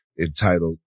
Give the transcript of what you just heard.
entitled